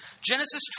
Genesis